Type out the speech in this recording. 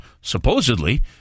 Supposedly